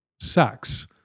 sex